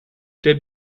der